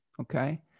Okay